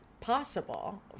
possible